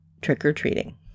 trick-or-treating